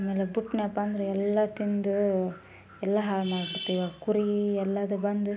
ಆಮೇಲೆ ಪುಟ್ಟ ನೆಪ ಅಂದರೆ ಎಲ್ಲ ತಿಂದು ಎಲ್ಲ ಹಾಳ್ಮಾಡ್ಬಿಡ್ತೀವಿ ಇವಾಗ ಕುರಿ ಎಲ್ಲದು ಬಂದು